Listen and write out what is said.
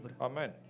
Amen